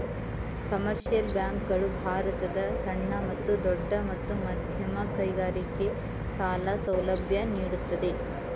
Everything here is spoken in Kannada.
ಕಮರ್ಷಿಯಲ್ ಬ್ಯಾಂಕ್ ಗಳು ಭಾರತದ ಸಣ್ಣ ಮತ್ತು ದೊಡ್ಡ ಮತ್ತು ಮಧ್ಯಮ ಕೈಗಾರಿಕೆ ಸಾಲ ಸೌಲಭ್ಯ ನೀಡುತ್ತದೆ